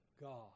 God